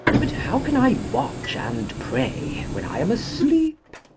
but how can i watch and pray when i am asleep?